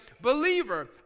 believer